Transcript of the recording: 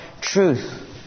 truth